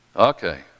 Okay